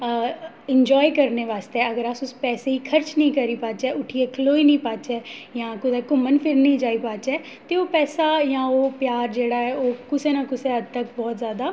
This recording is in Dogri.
इंजाय करने आस्तै अगर अस उस पैसे गी खर्च नेईं करी पाह्चै उट्ठियै खड़ोई नेईं पाह्चै जां कुतै घुम्मन फिरन नेईं जाई पाह्चै ते ओह् पैसा जां ओह् प्यार जेह्ड़ा ऐ ओह् कुसै ना कुसै हद्द तक्कर बहुत जैदा